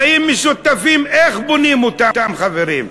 חיים משותפים, איך בונים אותם, חברים,